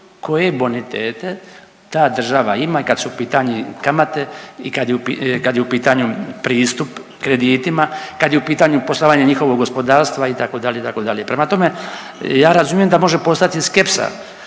koje bonitete ta država ima kad su u pitanju kamate i kad je u pitanju pristup kreditima, kad je u pitanju poslovanje njihovog gospodarstva, itd., itd. Prema tome, ja razumijem da može postojati skepsa,